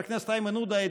חבר הכנסת איימן עודה,